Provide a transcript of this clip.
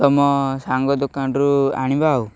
ତମ ସାଙ୍ଗ ଦୋକାନରୁ ଆଣିବା ଆଉ